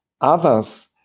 others